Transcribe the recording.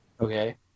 Okay